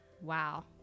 wow